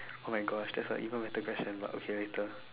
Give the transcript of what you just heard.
[oh]-my-Gosh that's a even better question but okay later